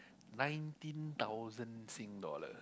nineteen thousand sing dollar